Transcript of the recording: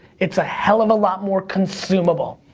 it's a hell of a lot more consumable.